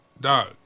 Dog